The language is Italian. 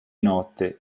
notte